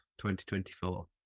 2024